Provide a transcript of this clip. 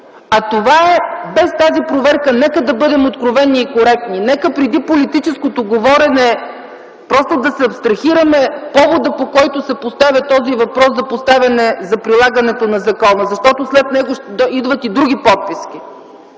договор. Без тази проверка, нека да бъдем откровени и коректни, нека преди политическото говорене да се абстрахираме от повода, който поставя въпроса за прилагането на закона, защото след него идват и други подписки.